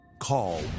Call